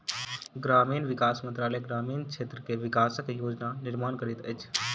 ग्रामीण विकास मंत्रालय ग्रामीण क्षेत्र के विकासक योजना निर्माण करैत अछि